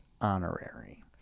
honorary